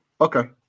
Okay